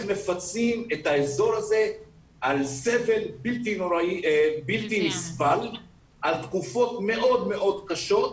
מפצים את האזור הזה על סבל בלתי נסבל על תקופות מאוד קשות,